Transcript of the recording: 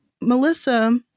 Melissa